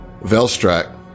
Velstrak